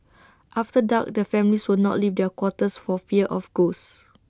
after dark the families would not leave their quarters for fear of ghosts